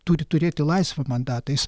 turi turėti laisvą mandatą jis